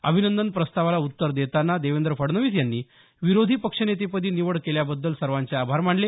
अभिनंदन प्रस्तावाला उत्तर देताना देवेंद्र फडणवीस यांनी विरोधी पक्षनेतेपदी निवड केल्याबद्दल सर्वांचे आभार मानले